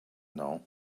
know